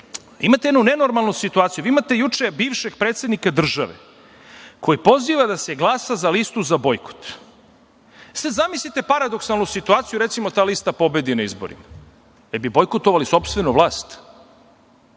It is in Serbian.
Imate jednu nenormalnu situaciju, vi imate juče bivšeg predsednika države koji poziva da se glasa za listu za bojkot, a sada zamislite paradoksalnu situaciju i, recimo, ta lista pobedi na izborima, jel bi bojkotovali sopstvenu vlast?